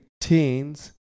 teens